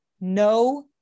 no